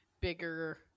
bigger